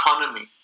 economy